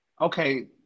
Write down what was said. Okay